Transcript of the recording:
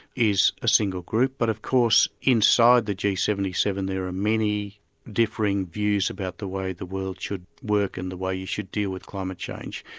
is a single group, but of course inside the g seven seven there are many differing views about the way the world should work and the way you should deal with climate change.